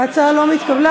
ההצעה לא נתקבלה,